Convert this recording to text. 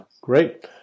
Great